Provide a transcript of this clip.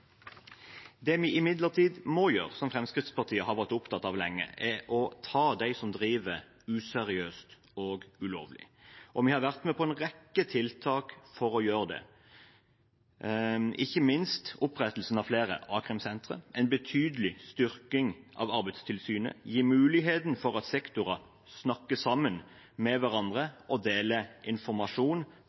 det. Det vi imidlertid må gjøre, som Fremskrittspartiet har vært opptatt av lenge, er å ta dem som driver useriøst og ulovlig. Vi har vært med på en rekke tiltak for å gjøre det, ikke minst opprettelsen av flere a-krimsentre, en betydelig styrking av Arbeidstilsynet og å gi muligheten for at sektorer snakker med hverandre og deler informasjon